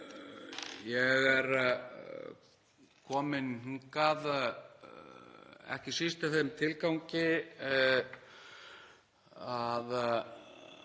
Ég er kominn hingað, ekki síst í þeim tilgangi að